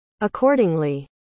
accordingly